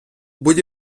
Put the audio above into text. будь